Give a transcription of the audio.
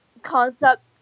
Concept